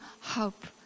hope